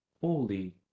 holy